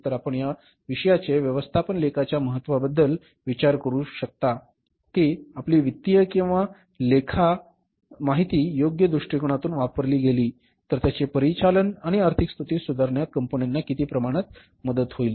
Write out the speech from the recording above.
तर आपण या विषयाचे व्यवस्थापन लेखाच्या महत्त्वबद्दल विचार करू शकता की आपली वित्तीय किंवा लेखा माहिती योग्य दृष्टीकोनातून वापरली गेली तर त्याचे परिचालन आणि आर्थिक स्थिती सुधारण्यात कंपन्यांना किती प्रमाणात मदत करता येईल